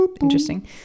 interesting